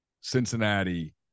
Cincinnati